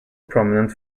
prominent